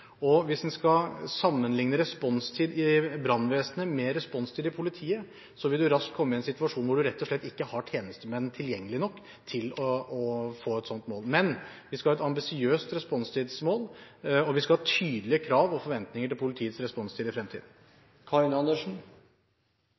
og hvis en skal sammenligne responstid i brannvesenet med responstid i politiet, vil man raskt komme i en situasjon hvor man rett og slett ikke har tjenestemenn tilgjengelig nok til å nå et sånt mål. Men vi skal ha et ambisiøst responstidsmål, og vi skal ha tydelige krav og forventninger til politiets responstid i fremtiden.